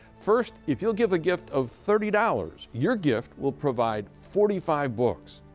first, if you will give a gift of thirty dollars, your gift will provide forty five books.